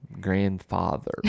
Grandfather